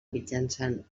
mitjançant